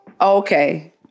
Okay